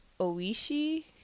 Oishi